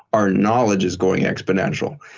our knowledge is going exponential.